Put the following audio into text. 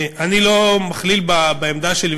אני לא מכליל בעמדה שלי,